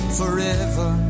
forever